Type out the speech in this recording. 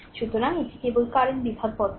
সুতরাং এটি কেবল কারেন্ট বিভাগ পদ্ধতি